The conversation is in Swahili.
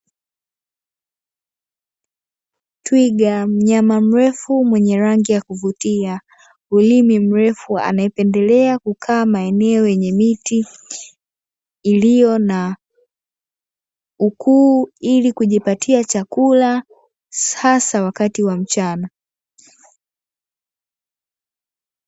Twiga mnyama mrefu mwenye rangi ya kuvutia, ulimi mrefu, anaependelea kukaa maeneo yenye miti, iliyo na ukuu ili kujipatia chakula hasa wakati wa mchana.